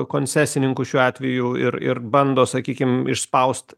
koncesininku šiuo atveju ir ir bando sakykim išspaust